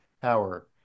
power